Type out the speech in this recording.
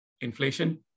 Inflation